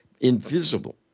invisible